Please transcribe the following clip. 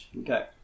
Okay